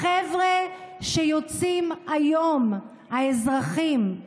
החבר'ה שיוצאים היום, האזרחים,